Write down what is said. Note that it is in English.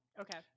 Okay